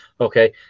Okay